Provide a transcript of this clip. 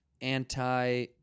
anti